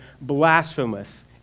blasphemous